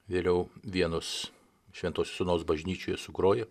vėliau vienus šventosios onos bažnyčioje sugrojo